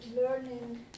learning